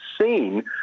seen